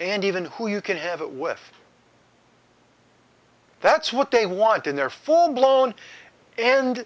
and even who you can have it with that's what they want in their full blown and